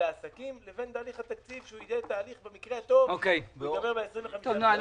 ולעסקים לבין תהליך התקציב שבמקרה הטוב ייגמר ב-25 לאוגוסט.